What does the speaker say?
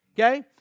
Okay